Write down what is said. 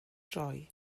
droi